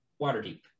Waterdeep